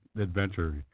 adventure